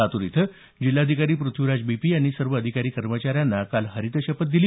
लातूर इथं जिल्हाधिकारी Prithviraj B P यांनी सर्व अधिकारी कर्मचाऱ्यांना हरित शपथ दिली